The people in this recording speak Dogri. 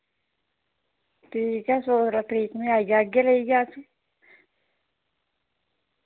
ठीक ऐ तरीक में आई जाह्गे लेइयै अस